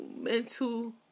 mental